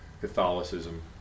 Catholicism